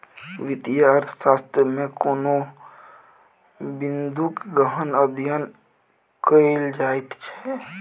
वित्तीय अर्थशास्त्रमे कोनो बिंदूक गहन अध्ययन कएल जाइत छै